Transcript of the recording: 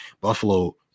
Buffalo